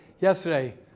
yesterday